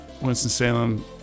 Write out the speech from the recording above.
winston-salem